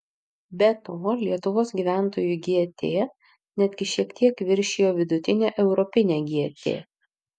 be to lietuvos gyventojų gt netgi šiek tiek viršijo vidutinę europinę gt